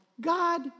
God